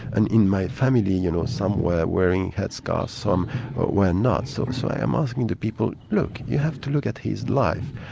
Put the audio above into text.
and in my family you know some were wearing headscarfs, some were not. so so i am asking the people, look, you have to look at his life'.